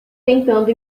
tentando